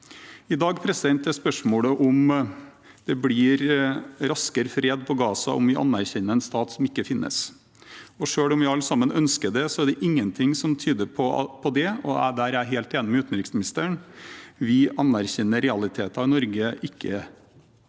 I dag er spørsmålet om det blir raskere fred på Gaza om vi anerkjenner en stat som ikke finnes. Selv om vi alle sammen ønsker det, er det ingen ting som tyder på det. Der er jeg helt enig med utenriksministeren: Vi anerkjenner realiteter i Norge, ikke